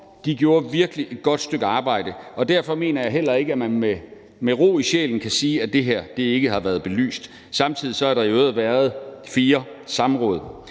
De gjorde virkelig et godt stykke arbejde, og derfor mener jeg heller ikke, at man med ro i sjælen kan sige, at det her ikke har været belyst. Samtidig har der i øvrigt være fire samråd.